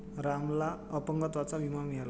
रामला अपंगत्वाचा विमा मिळाला